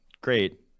great